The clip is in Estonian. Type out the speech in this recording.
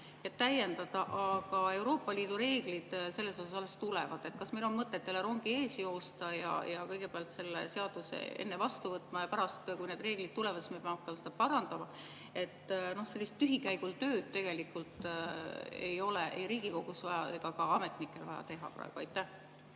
ja täiendada. Aga Euroopa Liidu reeglid selle kohta alles tulevad. Kas meil on mõtet jälle rongi ees joosta ja kõigepealt see seadus enne vastu võtta, aga pärast, kui need reeglid tulevad, siis me peame hakkama seda parandama? Sellist tühikäigul tööd tegelikult ei ole Riigikogul ega ka ametnikel vaja teha praegu? Aitäh,